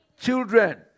Children